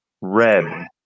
Red